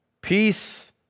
Peace